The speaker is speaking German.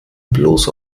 bloß